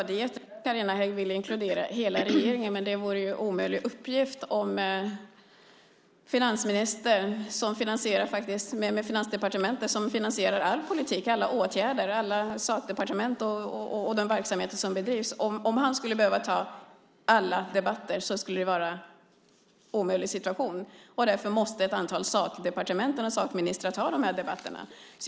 Fru talman! Carina Hägg vill inkludera hela regeringen, men det vore en omöjlig uppgift för finansministern att ta alla dessa debatter. Han finansierar ju all politik, alla åtgärder, alla sakdepartement, all den verksamhet som bedrivs. Därför måste ett antal sakdepartement och sakministrar ta debatterna.